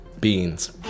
Beans